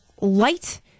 light